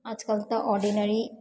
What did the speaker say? आजकल तऽ ऑर्डिनरी